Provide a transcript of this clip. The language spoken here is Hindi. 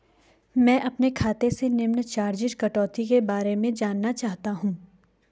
मैं अपने खाते से निम्न चार्जिज़ कटौती के बारे में जानना चाहता हूँ?